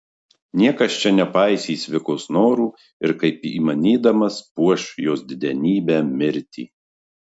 niekas čia nepaisys vikos norų ir kaip įmanydamas puoš jos didenybę mirtį